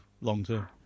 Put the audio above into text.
long-term